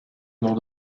lors